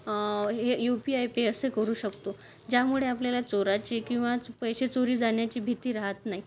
हे UPI pay असं करू शकतो ज्यामुळे आपल्याला चोराची किंवा पैसे चोरी जाण्याची भीती रहात नाही